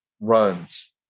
runs